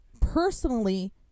personally